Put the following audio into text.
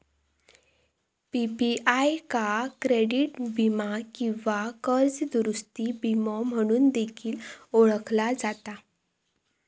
PPI का credit वीमा किंवा कर्ज दुरूस्ती विमो म्हणून देखील ओळखला जाता